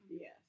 Yes